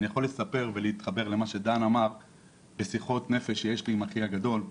אני יכול לספר ולהתחבר למה שדן אמר בשיחות נפש שיש לי עם אחי הגדול.